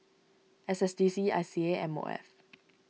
S S D C I C A and M O F